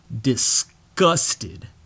disgusted